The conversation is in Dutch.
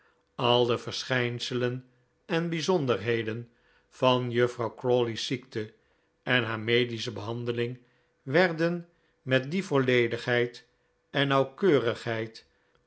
al de verschijnselen en bijzonderheden van juffrouw crawley's ziekte en haar medische behandeling werden met die volledigheid en nauwkeurigheid